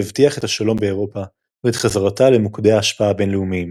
יבטיח את השלום באירופה ואת חזרתה למוקדי ההשפעה הבינלאומיים.